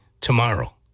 tomorrow